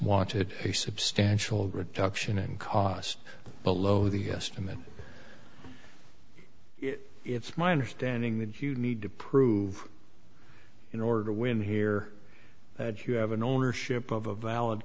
wanted a substantial reduction in cost below the estimate it's my understanding that you need to prove in order to win here that you have an ownership of a valid